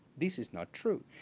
this is not true.